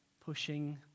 pushing